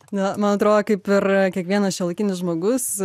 na man atrodo kaip ir kiekvienas šiuolaikinis žmogus